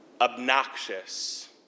obnoxious